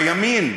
בימין,